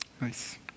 Nice